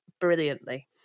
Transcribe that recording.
brilliantly